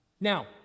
Now